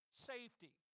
safety